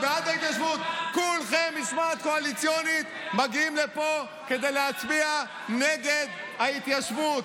כולכם במשמעת קואליציונית מגיעים לפה כדי להצביע נגד ההתיישבות.